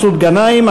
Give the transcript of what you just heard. מסעוד גנאים,